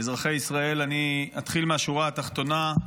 אזרחי ישראל, אני אתחיל מהשורה התחתונה: